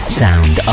sound